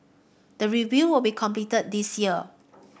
the review will be completed this year